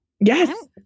Yes